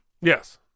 Yes